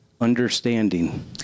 Understanding